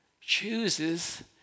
chooses